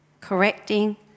correcting